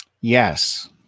Yes